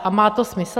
A má to smysl?